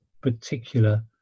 particular